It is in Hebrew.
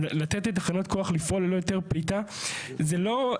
לתת לתחנת כוח לפעול ללא היתר פליטה זה לא,